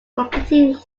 completing